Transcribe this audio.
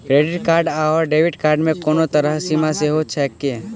Credit card आओर debit card मे कोनो तरहक सीमा सेहो छैक की?